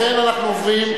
לכן אנחנו עוברים,